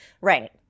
Right